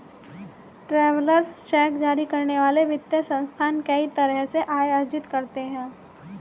travellers cheque जारी करने वाले वित्तीय संस्थान कई तरह से आय अर्जित करते हैं